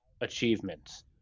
achievements